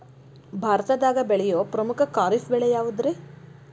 ಭಾರತದಾಗ ಬೆಳೆಯೋ ಪ್ರಮುಖ ಖಾರಿಫ್ ಬೆಳೆ ಯಾವುದ್ರೇ?